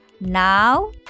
Now